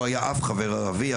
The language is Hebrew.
לא היה אף חבר ערבי,